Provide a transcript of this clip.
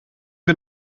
wir